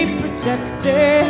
protected